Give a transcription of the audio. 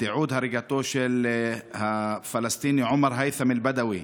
תיעוד הריגתו של הפלסטיני עומר הייתם אל-בדווי,